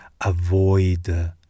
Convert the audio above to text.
avoid